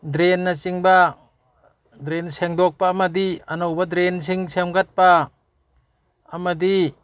ꯗ꯭ꯔꯦꯟꯅꯆꯤꯡꯕ drain ꯁꯦꯡꯗꯣꯛꯄ ꯑꯃꯗꯤ ꯑꯅꯧꯕ ꯗ꯭ꯔꯦꯟꯁꯤꯡ ꯁꯦꯝꯒꯠꯄ ꯑꯃꯗꯤ